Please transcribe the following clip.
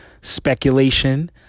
speculation